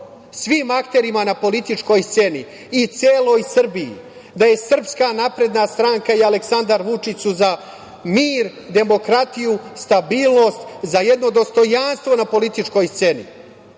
svim akterima na političkoj sceni i celoj Srbiji da je SNS i Aleksandar Vučić su za mir, demokratiju, stabilnost, za jedno dostojanstvo na političkoj sceni.